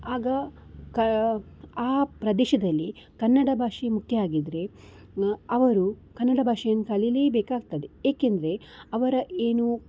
ಆಗ ಕ ಆ ಪ್ರದೇಶದಲ್ಲಿ ಕನ್ನಡ ಭಾಷೆ ಮುಖ್ಯ ಆಗಿದ್ದರೆ ಅವರು ಕನ್ನಡ ಭಾಷೆಯನ್ನು ಕಲಿಯಲೇಬೇಕಾಗ್ತದೆ ಏಕೆಂದರೆ ಅವರ ಏನು